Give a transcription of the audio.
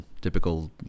typical